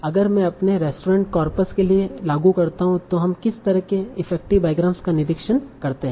अगर मैं इसे अपने रेस्टोरेंट कॉर्पस के लिए लागू करता हूं तो हम किस तरह के इफेक्टिव बाईग्रामस का निरीक्षण करते हैं